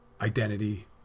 identity